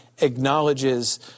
acknowledges